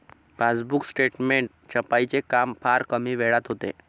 passbook statement छपाईचे काम फार कमी वेळात होते